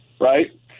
right